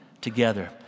together